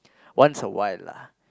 once a while lah